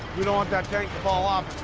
we don't want that tank to fall off.